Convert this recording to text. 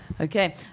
okay